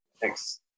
Thanks